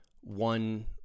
one